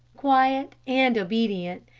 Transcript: quiet, and obedient.